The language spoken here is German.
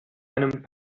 einem